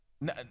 No